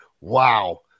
wow